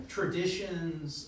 Traditions